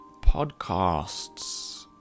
podcasts